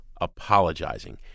apologizing